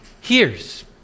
hears